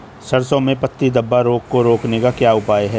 सरसों में पत्ती धब्बा रोग को रोकने का क्या उपाय है?